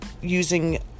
using